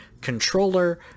controller